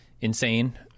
insane